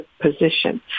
position